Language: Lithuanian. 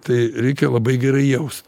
tai reikia labai gerai jaust